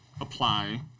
apply